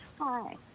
Hi